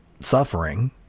suffering